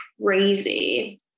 crazy